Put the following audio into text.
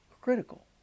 critical